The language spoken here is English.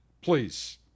please